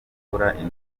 akora